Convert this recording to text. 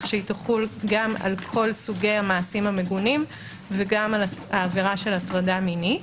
שתחול גם על כל סוגי המעשים המגונים וגם על העבירה של הטרדה מינית.